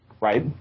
Right